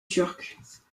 turques